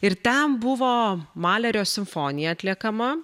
ir ten buvo malerio simfonija atliekama